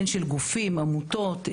של גופים ועמותות,